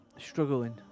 struggling